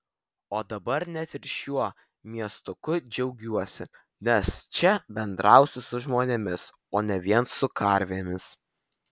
o dabar net ir šiuo miestuku džiaugiuosi nes čia bendrausiu su žmonėmis o ne vien su karvėmis